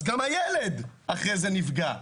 אז גם הילד אחרי זה נפגע.